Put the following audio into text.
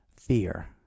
fear